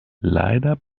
leider